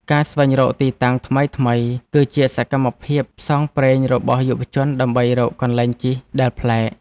ការស្វែងរកទីតាំងថ្មីៗ គឺជាសកម្មភាពផ្សងព្រេងរបស់យុវជនដើម្បីរកកន្លែងជិះដែលប្លែក។